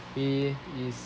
pay is